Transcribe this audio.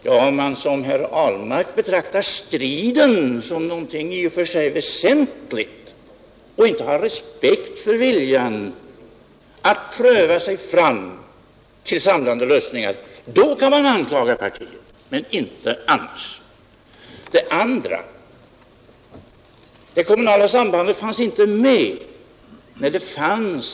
Om man som herr Ahlmark betraktar striden som något i och för sig väsentligt och inte har respekt för viljan att pröva sig fram till samlande lösningar — ja, då kan man anklaga partiet men inte annars. Det sägs från folkpartihåll att det kommunala sambandet inte fanns med i direktiven.